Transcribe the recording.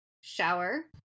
shower